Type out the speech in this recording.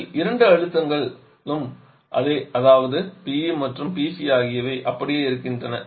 இதில் இரண்டு அழுத்தங்கள் அதே அதாவது PE மற்றும் PC ஆகியவை அப்படியே இருக்கின்றன